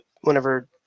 whenever